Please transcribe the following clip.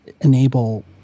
enable